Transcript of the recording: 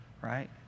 right